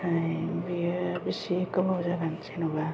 ओमफ्राय बेयो बेसे गोबाव जागोन जेनेबा